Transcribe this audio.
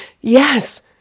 Yes